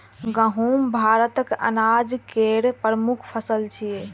गहूम भारतक अनाज केर प्रमुख फसल छियै